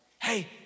Hey